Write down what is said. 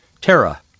terra